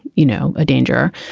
you know, a danger.